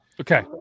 Okay